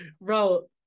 bro